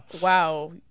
Wow